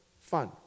fun